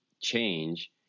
change